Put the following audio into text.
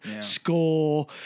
score